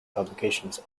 publications